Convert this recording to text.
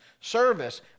service